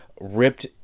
ripped